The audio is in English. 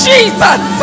Jesus